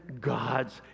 God's